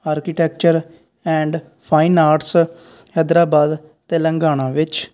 architecture and fine arts Hyderabad Telangana ਵਿੱਚ